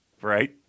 right